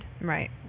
Right